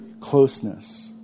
closeness